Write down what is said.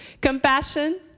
compassion